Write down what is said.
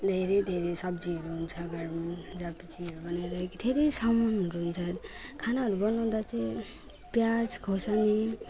धेरै धेरै सब्जीहरू हुन्छ घरमा जापिचीहरू बनाएर धेरै सामानहरू हुन्छ खानाहरू बनाउँदा चाहिँ प्याज खुर्सानी